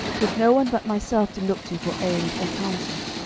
with no one but myself to look to for aid or counsel.